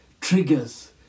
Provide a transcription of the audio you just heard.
triggers